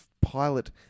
pilot